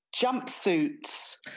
Jumpsuits